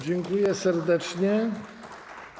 Dziękuję serdecznie.